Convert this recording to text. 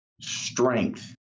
strength